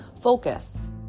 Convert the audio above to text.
Focus